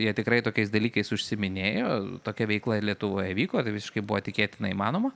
jie tikrai tokiais dalykais užsiiminėjo tokia veikla ir lietuvoje vyko tai visiškai buvo tikėtinai įmanoma